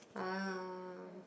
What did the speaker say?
ah